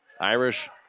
Irish